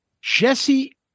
Jesse